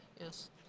yes